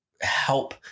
help